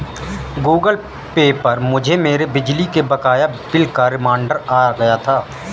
Google Pay पर मुझे मेरे बिजली के बकाया बिल का रिमाइन्डर आ गया था